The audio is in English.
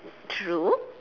true